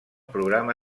programa